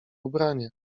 ubranie